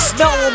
Snow